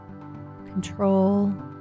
control